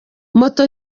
moto